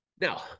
Now